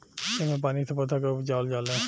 एह मे पानी से पौधा के उपजावल जाले